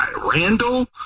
Randall